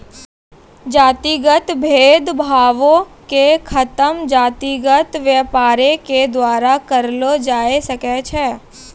जातिगत भेद भावो के खतम जातिगत व्यापारे के द्वारा करलो जाय सकै छै